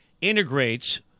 integrates